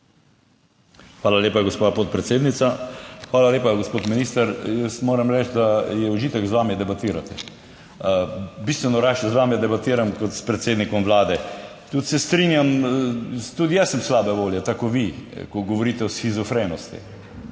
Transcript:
Hvala lepa, gospa podpredsednica. Hvala lepa, gospod minister. Jaz moram reči, da je užitek z vami debatirati. Bistveno rajši z vami debatiram kot s predsednikom Vlade. Tudi se strinjam, tudi jaz sem slabe volje, tako vi, ko govorite o shizofrenosti.